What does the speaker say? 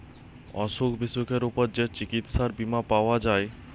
অসুখ বিসুখের উপর যে চিকিৎসার বীমা পাওয়া যায়